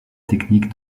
technique